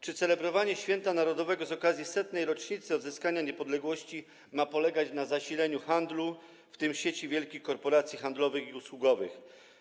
Czy celebrowanie święta narodowego z okazji 100. rocznicy odzyskania niepodległości ma polegać na zasileniu handlu, w tym sieci wielkich korporacji handlowych i usługowych?